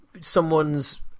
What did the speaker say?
someone's